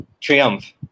triumph